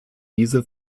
diese